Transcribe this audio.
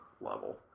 level